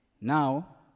Now